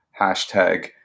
Hashtag